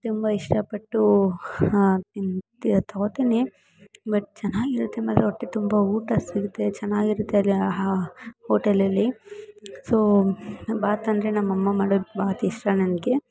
ತುಂಬ ಇಷ್ಟಪಟ್ಟು ಹಾಂ ತಿನ ತೊಗೊತೀನಿ ಬಟ್ ಚೆನ್ನಾಗಿರುತ್ತೆ ಮಾತ್ರ ಹೊಟ್ಟೆ ತುಂಬ ಊಟ ಸಿಗುತ್ತೆ ಚೆನ್ನಾಗಿರುತ್ತೆ ಅಲ್ಲಿ ಆ ಓಟೆಲಲ್ಲಿ ಸೊ ನಂಗೆ ಬಾತ್ ಅಂದರೆ ನಮ್ಮಮ್ಮ ಮಾಡಿದ ಬಾತ್ ಇಷ್ಟ ನನಗೆ